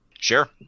Sure